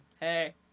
hey